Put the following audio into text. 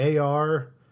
AR